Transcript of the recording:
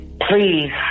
please